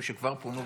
דברים שכבר פונו?